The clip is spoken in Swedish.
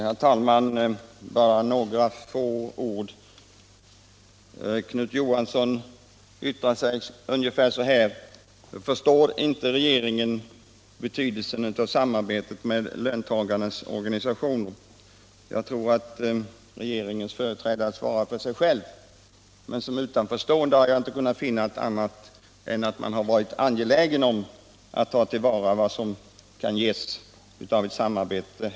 Herr talman! Jag vill bara säga några ord. Herr Knut Johansson i Stockholm yttrade sig ungefär så här: Förstår inte regeringen betydelsen av samarbetet med löntagarnas organisationer? Jag tror att regeringens företrädare svarar för sig själva, men som utanförstående har jag inte kunnat finna annat än att man har varit angelägen om att ta till vara vad som kan ges i ett sådant samarbete.